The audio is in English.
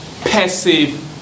passive